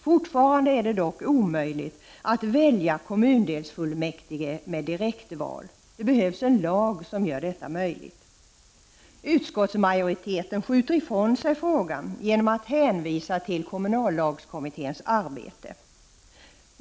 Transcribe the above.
Fortfarande är det dock omöjligt att välja kommundelsfullmäktige genom direktval. Det behövs en lag som gör detta möjligt. Utskottsmajoriteten skjuter frågan ifrån sig genom att hänvisa till kommunallagskommitténs arbete.